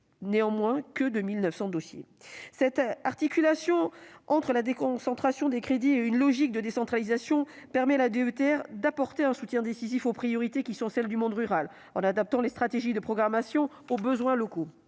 « seulement »... Cette articulation entre la déconcentration des crédits et une logique de décentralisation permet à la DETR d'apporter un soutien décisif aux priorités qui sont celles du monde rural, en adaptant les stratégies de programmation aux besoins locaux.